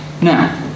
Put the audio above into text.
Now